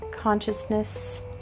consciousness